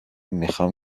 میخام